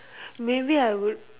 maybe I would